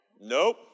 Nope